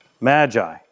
magi